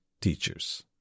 teachers